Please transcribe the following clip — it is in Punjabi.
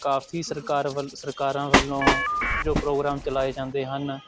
ਕਾਫੀ ਸਰਕਾਰ ਵਲ ਸਰਕਾਰਾਂ ਵੱਲੋਂ ਜੋ ਪ੍ਰੋਗਰਾਮ ਚਲਾਏ ਜਾਂਦੇ ਹਨ